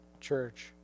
church